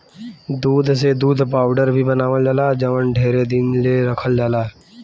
दूध से दूध पाउडर भी बनावल जाला जवन ढेरे दिन ले रखल जाला